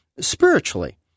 spiritually